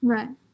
Right